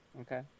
Okay